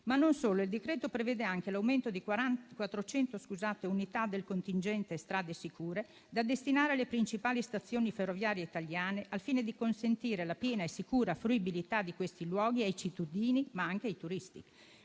ma non solo. Il decreto prevede anche l'aumento di 400 unità del contingente Strade sicure da destinare alle principali stazioni ferroviarie italiane, al fine di consentire la piena e sicura fruibilità di questi luoghi ai cittadini, ma anche ai turisti.